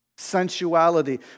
Sensuality